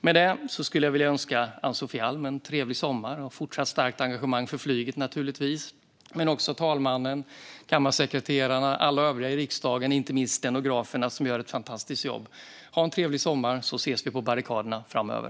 Med det skulle jag vilja önska Ann-Sofie Alm en trevlig sommar och, naturligtvis, ett fortsatt starkt engagemang för flyget. Jag önskar även talmannen, kammarsekreterarna och alla övriga i riksdagen en trevlig sommar. Det gäller inte minst stenograferna, som gör ett fantastiskt jobb. Ha en trevlig sommar, så ses vi på barrikaderna framöver!